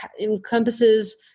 encompasses